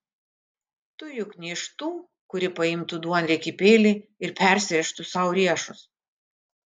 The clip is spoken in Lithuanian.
tu juk ne iš tų kuri paimtų duonriekį peilį ir persirėžtų sau riešus